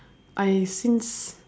I since